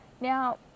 Now